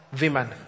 women